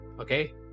Okay